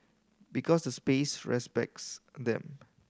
because the space respects them